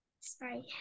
Sorry